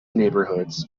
neighborhoods